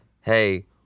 hey